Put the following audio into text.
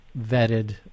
vetted